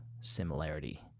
similarity